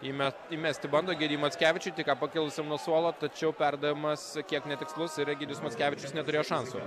įme įmesti bando geri mackevičiui tik ką pakilusiam nuo suolo tačiau perdavimas kiek netikslus ir egidijus mockevičius neturėjo šansų